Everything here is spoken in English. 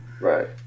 right